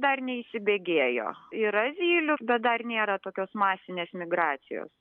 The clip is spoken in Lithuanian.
dar neįsibėgėjo yra zylių bet dar nėra tokios masinės migracijos